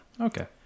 Okay